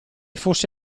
fosse